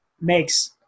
makes